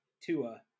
Tua